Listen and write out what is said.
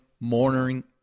mourning